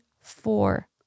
four